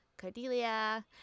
Cordelia